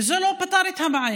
וזה לא פתר את הבעיה.